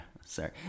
sorry